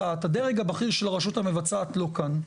הבכיר של הרשות המבצעת לא כאן.